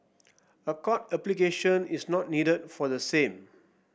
a court application is not needed for the same